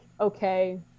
okay